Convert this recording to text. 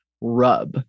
rub